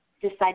decide